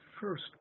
first